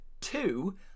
two